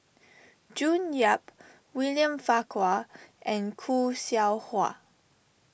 June Yap William Farquhar and Khoo Seow Hwa